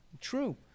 true